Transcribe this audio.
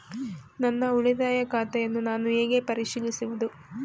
ನನ್ನ ಉಳಿತಾಯ ಖಾತೆಯನ್ನು ನಾನು ಹೇಗೆ ಪರಿಶೀಲಿಸುವುದು?